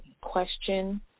question